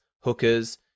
hookers